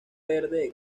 verde